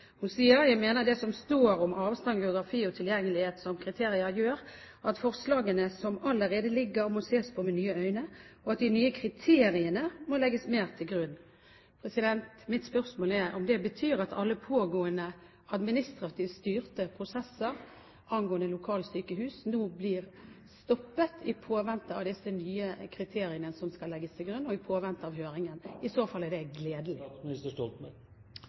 Hun sa videre: «Jeg mener det som står om avstand, geografi og tilgjengelighet som kriterier, gjør at forslagene som allerede ligger må ses på med nye øyne, og at de nye kriteriene må legges mer til grunn.» Mitt spørsmål er om det betyr at alle pågående administrativt styrte prosesser angående lokalsykehus nå blir stoppet i påvente av disse nye kriteriene som skal legges til grunn, og i påvente av høringen. I så fall er det gledelig.